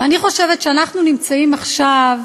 ואני חושבת שאנחנו נמצאים עכשיו